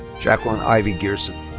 jacquelyn ivy gerson.